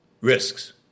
risks